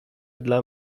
dla